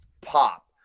pop